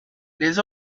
les